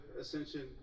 Ascension